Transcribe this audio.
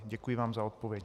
Děkuji vám za odpověď.